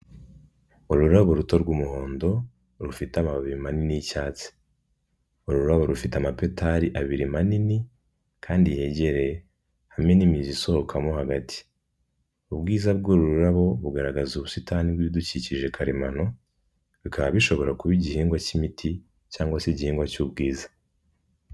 Ururabo ruto rw'umuhondo, rufite amababi manini y'icyatsi. Uru rurabo rufite amapetali abiri manini, kandi yegereye hamwe n'imizi isohokamo hagati. Ubwiza bw'uru rurabo, bugaragaza ubusitani bw'ibidukikije karemano, bikaba bishobora kuba igihingwa cy'imiti cyangwa se igihingwa cy'ubwiza.